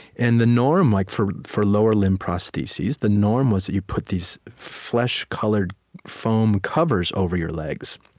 and the norm like for for lower limb prostheses, the norm was that you put these flesh-colored foam covers over your legs